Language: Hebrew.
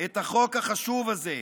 את החוק החשוב הזה.